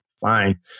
fine